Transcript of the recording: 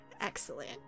excellent